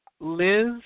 Liz